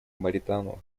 моритану